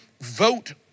vote